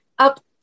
up